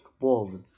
wolves